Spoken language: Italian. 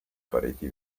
pareti